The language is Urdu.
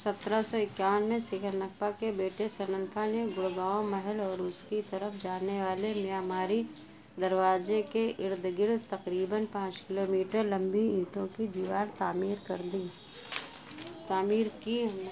سترہ سو اکیاون میں سکھرنگفا کے بیٹے سننفا نے گڑ گاؤں محل اور اس کی طرف جانے والے معماری دروازے کے ارد گرد تقریباً پانچ کلو میٹر لمبی اینٹوں کی دیوار تعمیر کر لی تعمیر کی